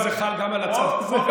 חבר הכנסת פורר.